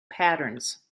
patterns